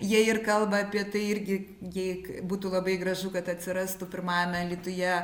jie ir kalba apie tai irgi jeig būtų labai gražu kad atsirastų pirmajame alytuje